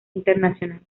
internacional